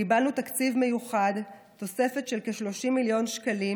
קיבלנו תקציב מיוחד, תוספת של כ-30 מיליון שקלים,